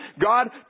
God